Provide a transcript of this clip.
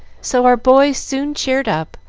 so our boy soon cheered up,